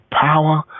power